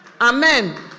amen